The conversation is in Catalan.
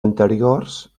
anteriors